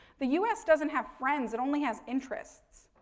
the us doesn't have friends, it only has interests,